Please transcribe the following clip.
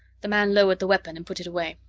the man lowered the weapon and put it away.